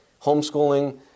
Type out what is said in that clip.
homeschooling